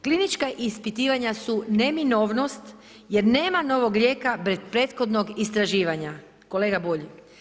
Klinička ispitivanja su neminovnost jer nema novog lijeka bez prethodnog istraživanja, kolega Bulj.